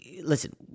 Listen